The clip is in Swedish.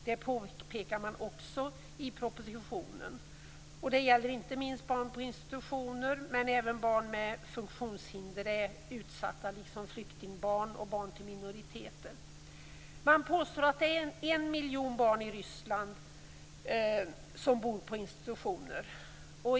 Det påpekar man också i propositionen. Det gäller inte minst barn på institutioner, men även barn med funktionshinder är utsatta, liksom flyktingbarn och barn vars föräldrar hör till minoriteter. Man påstår att en miljon barn i Ryssland bor på institutioner.